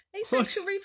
Asexual